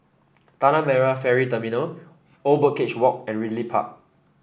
Tanah Merah Ferry Terminal Old Birdcage Walk and Ridley Park